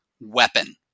weapon